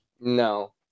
No